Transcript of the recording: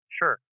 Sure